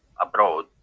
abroad